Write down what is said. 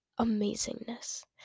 amazingness